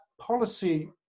policy